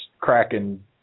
cracking